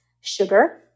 Sugar